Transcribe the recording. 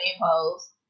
post